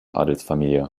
adelsfamilie